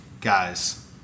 guys